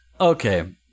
Okay